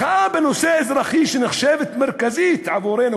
מחאה בנושא האזרחי שנחשבת מרכזית עבורנו,